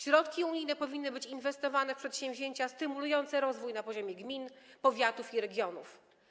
Środki unijne powinny być inwestowane w przedsięwzięcia stymulujące rozwój na poziomie gmin, powiatów i regionów.